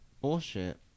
bullshit